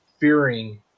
fearing